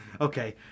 okay